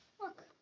Look